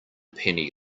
penny